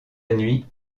nuit